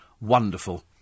wonderful